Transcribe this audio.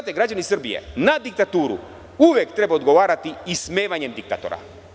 Znate, građani Srbije, na diktaturu uvek treba odgovarati ismevanjem diktatora.